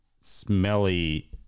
smelly